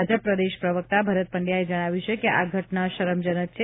ભાજપ પ્રદેશ પ્રવક્તા ભરત પંડ્યાએ જણાવ્યું છે કે આ ઘટના શરમજનક છે